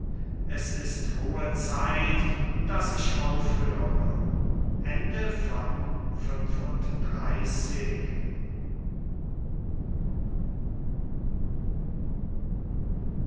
es ist hohe zeit daß ich aufhöre xxxvi